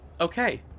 okay